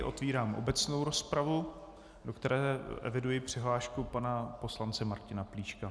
Otevírám obecnou rozpravu, do které eviduji přihlášku pana poslance Martina Plíška.